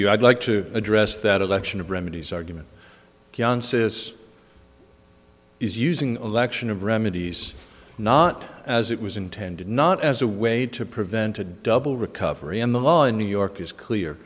you i'd like to address that election of remedies argument john says is using election of remedies not as it was intended not as a way to prevent a double recovery and the law in new york is clear